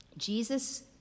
Jesus